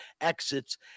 exits